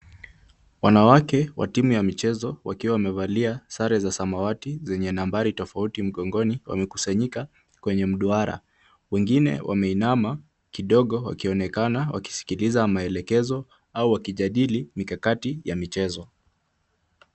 Wanawake wa timu ya michezo wakiwa wamevalia sare za samawati zenye nambari tofauti mgongoni wamekusanyika kwenye mduara. Wengine wameinama kidogo wameonekana wakisikiliza maelekezo au wakijadili mikakati ya michezo.